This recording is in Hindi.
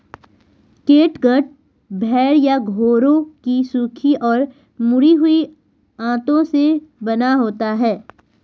कैटगट भेड़ या घोड़ों की सूखी और मुड़ी हुई आंतों से बना होता है